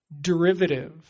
derivative